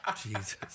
Jesus